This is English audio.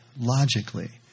logically